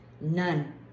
none